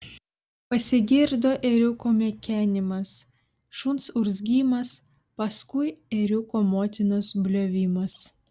pasigirdo ėriuko mekenimas šuns urzgimas paskui ėriuko motinos bliovimas